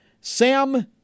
Sam